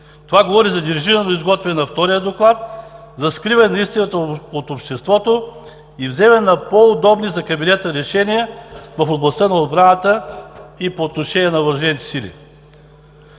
Това говори за дирижирано изготвяне на втория доклад, за скриване на истината от обществото и вземане на по-удобни за кабинета решения в областта на отбраната и по отношение на Въоръжените сили.